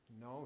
No